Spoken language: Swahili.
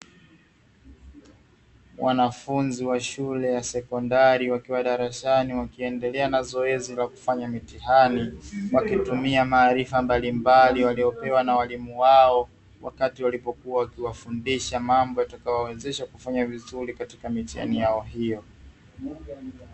Wanafunzi wa shule ya sekondari wakiwa darasani wakiendelea na zoezi la kufanya mitihani wakitumia maarifa mbalimbali waliyopewa na walimu wao wakati walipokuwa wakiwafundisha mambo yatakayowawezesha kufanya vizuri katika mitihani yao hiyo.